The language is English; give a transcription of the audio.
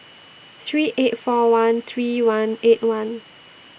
three eight four one three one eight one